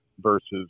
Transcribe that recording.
versus